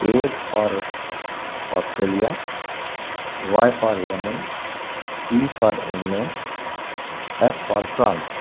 a for Australia Y for Yemen E for England F for France